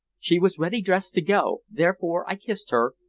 she was ready dressed to go, therefore i kissed her,